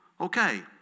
Okay